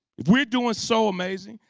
if we're doing so amazing,